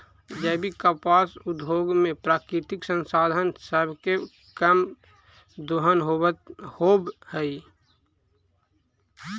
जैविक कपास उद्योग में प्राकृतिक संसाधन सब के कम दोहन होब हई